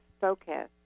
focus